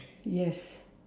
yes